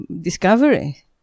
discovery